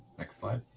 next slide.